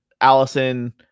Allison